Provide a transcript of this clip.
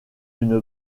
une